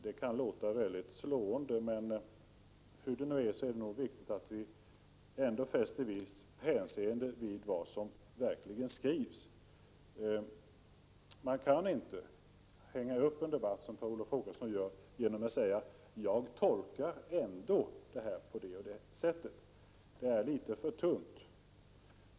Det kan låta slående, men hur det nu är är det nog ändå viktigt att vi fäster visst avseende vid vad som verkligen skrivs. Man kan inte, som Per Olof Håkansson gör, framhärda i att ändå tolka det som sägs på sitt eget sätt och hänga upp debatten på det. Det är litet för tunt.